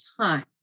time